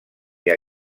que